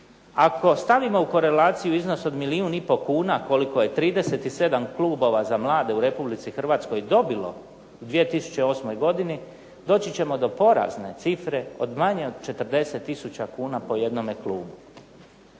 Ako stavimo u korelaciju iznos od milijun i pol kuna koliko je 37 klubova za mlade u Republici Hrvatskoj dobilo u 2008. godini doći ćemo do porazne cifre od manje od 40 tisuća kuna po jednome klubu.